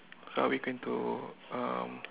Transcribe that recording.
so are we going to um